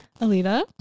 Alita